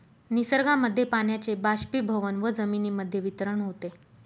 निसर्गामध्ये पाण्याचे बाष्पीभवन व जमिनीमध्ये वितरण होते